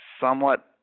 somewhat